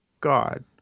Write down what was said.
God